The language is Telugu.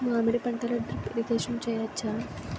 మామిడి పంటలో డ్రిప్ ఇరిగేషన్ చేయచ్చా?